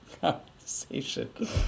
conversation